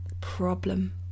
problem